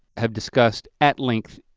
have discussed at length